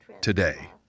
Today